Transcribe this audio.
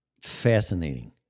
fascinating